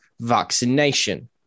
vaccination